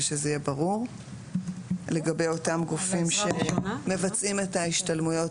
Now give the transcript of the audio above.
שזה יהיה ברור לגבי אותם גופים שמבצעים את ההשתלמויות